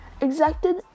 exacted